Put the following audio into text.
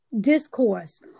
discourse